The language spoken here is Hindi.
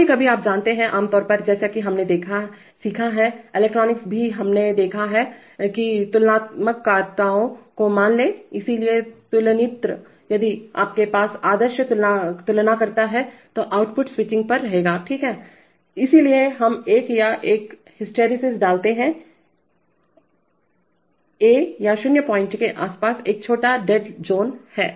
कभी कभीआप जानते हैंआम तौर पर जैसा कि हमने सीखा है इलेक्ट्रॉनिक्स भी हमने देखा है कितुलनाकर्ताओं को मान लें इसलिए तुलनित्र यदि आपके पास आदर्श तुलनाकर्ता हैं तो आउटपुट स्विचिंग पर रहेगा ठीक है इसलिए हम एक या तो एक हिस्टैरिसीस डालते हैं या ए या 0 पॉइंट के आसपास एक छोटा डेड जोन हैं